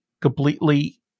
completely